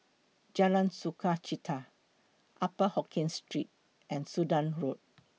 Jalan Sukachita Upper Hokkien Street and Sudan Road